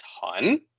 ton